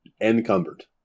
encumbered